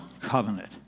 covenant